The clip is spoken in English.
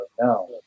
No